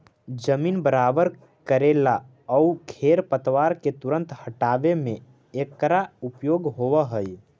जमीन बराबर कऽरेला आउ खेर पतवार के तुरंत हँटावे में एकरा उपयोग होवऽ हई